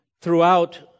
throughout